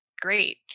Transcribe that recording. great